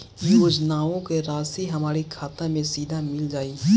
योजनाओं का राशि हमारी खाता मे सीधा मिल जाई?